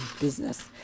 business